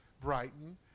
Brighton